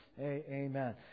Amen